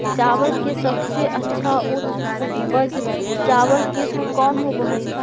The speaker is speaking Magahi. चावल के सबसे अच्छा उच्च उपज चावल किस्म कौन होव हई?